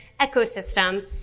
ecosystem